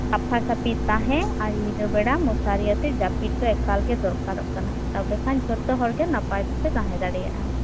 ᱥᱟᱯᱷᱟ ᱥᱟᱯᱷᱤ ᱛᱟᱦᱮᱸ ᱟᱨ ᱧᱤᱫᱟᱹ ᱵᱮᱲᱟ ᱢᱚᱥᱟᱨᱤᱭᱟᱛᱮ ᱡᱟᱯᱤᱫ ᱫᱚ ᱮᱠᱟᱞ ᱜᱮ ᱫᱚᱨᱠᱟᱨᱚᱜ ᱠᱟᱱᱟ ᱛᱚᱵᱮ ᱠᱷᱟᱱ ᱡᱷᱚᱛᱚ ᱦᱚᱲ ᱜᱮ ᱱᱟᱯᱟᱭ ᱛᱮᱯᱮ ᱛᱟᱦᱮᱸ ᱫᱟᱲᱮᱭᱟᱜᱼᱟ